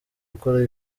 gukora